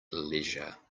leisure